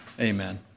Amen